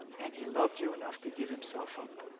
and he loved you enough to give himself up.